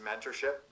mentorship